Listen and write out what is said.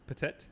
Petit